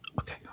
Okay